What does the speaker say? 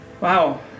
Wow